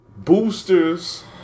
Boosters